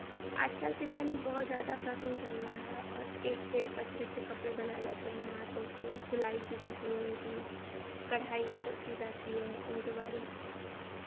आजकल के टाइम में बहुत ज़्यादा फैशन चल रहा है और एक से एक अच्छे अच्छे कपड़े बनाए जाते हैं हाथों से सिलाई की जाती है उनकी कढ़ाइयाँ तक की जाती हैं उनके बारे में